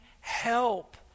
help